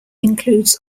includes